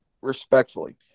respectfully